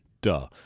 Duh